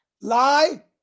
Lie